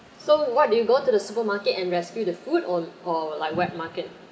so what do you go to the supermarket and rescue the food or or like wet market